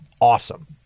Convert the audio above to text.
awesome